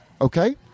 okay